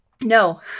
No